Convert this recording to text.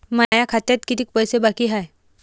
माया खात्यात कितीक पैसे बाकी हाय?